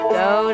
go